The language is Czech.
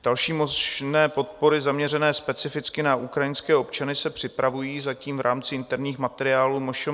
Další možné podpory zaměřené specificky na ukrajinské občany se připravují zatím v rámci interních materiálů MŠMT.